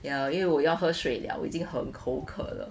ya 因为我要喝水了我已经很口渴了